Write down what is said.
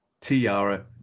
Tiara